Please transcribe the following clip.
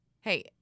hey